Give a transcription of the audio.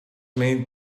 made